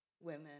women